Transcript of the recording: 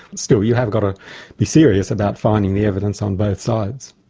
still, you have got to be serious about finding the evidence on both sides.